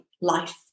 life